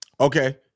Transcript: Okay